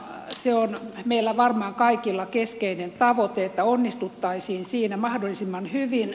se on meillä varmaan kaikilla keskeinen tavoite että onnistuttaisiin siinä mahdollisimman hyvin